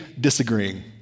disagreeing